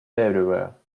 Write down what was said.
everywhere